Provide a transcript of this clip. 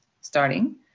starting